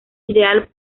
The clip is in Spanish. ideal